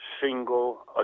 single